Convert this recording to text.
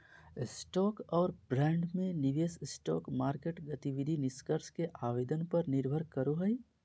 stock और bond में निवेश स्टॉक मार्केट गतिविधि निष्कर्ष के आवेदन पर निर्भर करो हइ